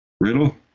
Riddle